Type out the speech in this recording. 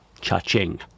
Cha-ching